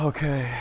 Okay